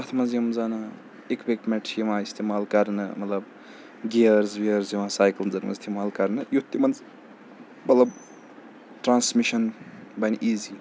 تَتھ منٛز یِم زَن اِکوِپمنٹ چھِ یِوان استعمال کَرنہٕ مطلب گِیرز وِیٲرٕس یِوان سایکٕلزَن منٛز اِستعمال کَرنہٕ یُتھ تِمَن مطلب ٹرٛانَسمِشَن بَنہِ ایٖزی